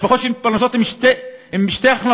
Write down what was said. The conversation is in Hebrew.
משפחות שמתפרנסות עם שתי הכנסות